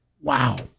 Wow